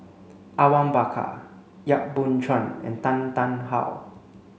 Awang Bakar Yap Boon Chuan and Tan Tarn How